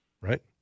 Right